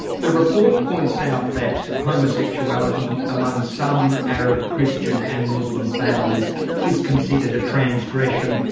the report points out that homosexuality among some arab christian and muslim families is considered a transgression,